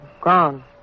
gone